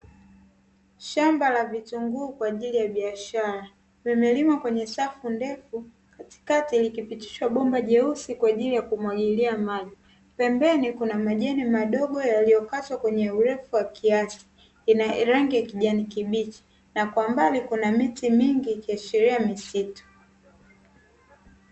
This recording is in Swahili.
Shamba la vitunguu kwa ajili ya biashara. Limelimwa kwenye safu ndefu, katikati likipitishwa bomba jeusi kwa ajili ya kumwagilia maji. Pembeni kuna majani madogo yaliyokatwa kwenye urefu wakiasi, ina rangi ya kijani kibichi na kwa mbali kuna miti mingi ikiashiria misitu.